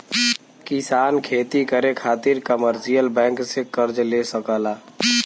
किसान खेती करे खातिर कमर्शियल बैंक से कर्ज ले सकला